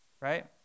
right